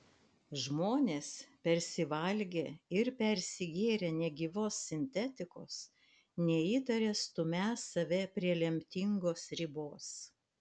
žmonės persivalgę ir persigėrę negyvos sintetikos neįtaria stumią save prie lemtingos ribos